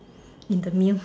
in the meal